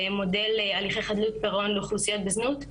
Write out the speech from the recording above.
של מודל הליכי חדלות פירעון לאוכלוסיות בזנות.